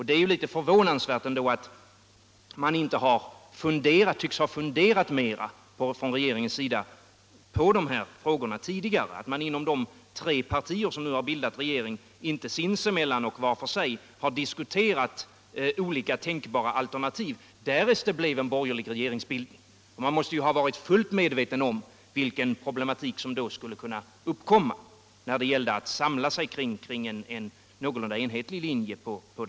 Det är förvånansvärt att man inom de tre partier som nu har bildat regering inte tycks ha funderat mera på de här frågorna tidigare, att man inte sinsemellan och var för sig diskuterat olika tänkbara alternativ, därest det blev en borgerlig regeringsbildning. Man måste ha varit fullt medveten om vilka problem som skulle kunna uppkomma när det gällde att samla sig kring en någorlunda enhetlig linje på detta område.